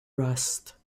rust